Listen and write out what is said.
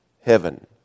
heaven